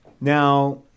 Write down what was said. Now